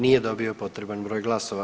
Nije dobio potreban broj glasova.